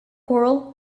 choral